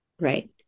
Right